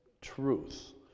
truth